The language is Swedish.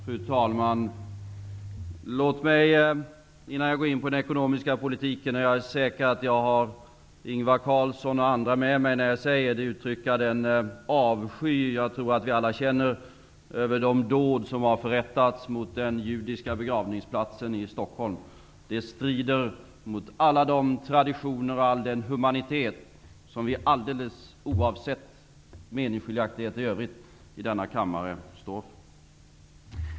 Fru talman! Låt mig, innan jag går in på den ekonomiska politiken -- och jag är säker på att jag har Ingvar Carlsson och andra med mig när jag säger det uttrycka den avsky jag tror att vi alla känner över de dåd som har förövats mot den judiska begravningsplatsen i Stockholm. De strider mot alla de traditioner och all den humanitet som vi alldeles oavsett meningsskiljaktigheter i övrigt i denna kammare står för.